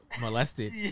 molested